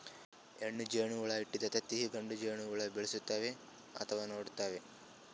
ಹೆಣ್ಣ್ ಜೇನಹುಳ ಇಟ್ಟಿದ್ದ್ ತತ್ತಿ ಗಂಡ ಜೇನಹುಳ ಬೆಳೆಸ್ತಾವ್ ಅಥವಾ ನೋಡ್ಕೊತಾವ್